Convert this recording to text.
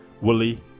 Willy